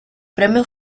premio